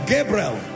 Gabriel